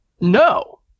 No